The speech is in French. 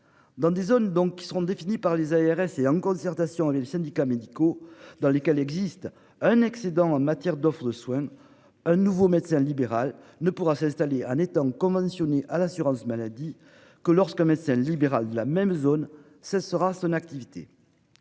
Dans des zones donc qui seront définis par les ARS et en concertation avec les syndicats médicaux dans lesquelles existe un excédent en matière d'offre de soins. Un nouveau médecin libéral ne pourra s'installer en étant conventionnés à l'assurance maladie que lorsqu'un médecin libéral de la même zone cessera son activité.